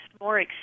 more